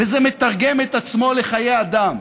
וזה מתרגם את עצמו לחיי אדם,